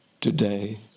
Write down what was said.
today